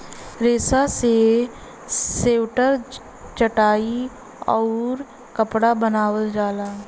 रेसा से स्वेटर चटाई आउउर कपड़ा बनावल जाला